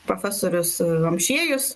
profesorius amšiejus